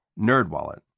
NerdWallet